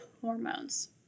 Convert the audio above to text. hormones